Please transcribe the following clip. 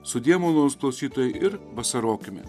sudie malonūs klausytojai ir vasarokime